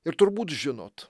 ir turbūt žinot